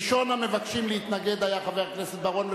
ראשון המבקשים להתנגד היה חבר הכנסת בר-און,